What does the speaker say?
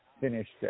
finished